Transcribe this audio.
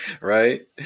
right